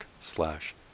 slash